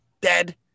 Dead